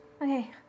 Okay